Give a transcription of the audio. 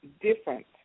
different